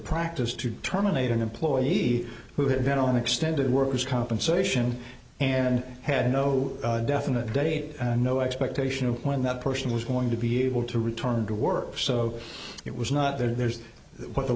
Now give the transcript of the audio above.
practice to terminate an employee who had been on extended workers compensation and had no definite date and no expectation of when that person was going to be able to return to work so it was not theirs what the